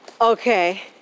Okay